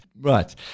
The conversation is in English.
Right